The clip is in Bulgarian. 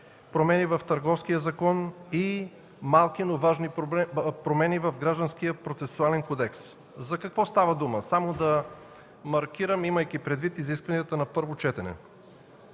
кредит, в Търговския закон и малки, но важни промени в Гражданския процесуален кодекс. За какво става дума? Ще маркирам, имайки предвид изискванията на първо четене.